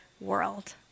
world